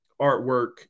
artwork